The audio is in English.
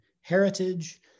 heritage